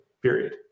Period